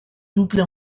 double